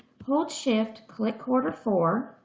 hold shift, click quarter four.